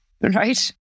right